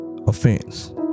Offense